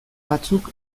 batzuk